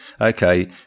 okay